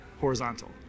horizontal